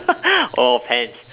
oh pens